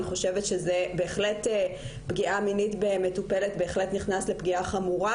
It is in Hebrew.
אני חושבת שפגיעה מינית במטופלת בהחלט נכנס לפגיעה חמורה